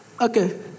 Okay